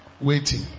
waiting